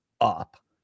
up